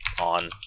on